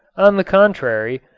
on the contrary,